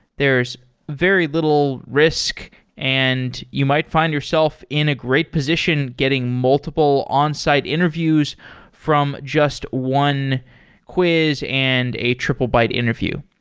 there's very little risk and you might find yourself in a great position getting multiple onsite interviews from just one quiz and a triplebyte interview.